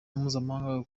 mpuzamahanga